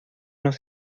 nos